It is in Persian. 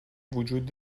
وجود